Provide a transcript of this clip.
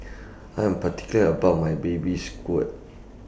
I Am particular about My Baby Squid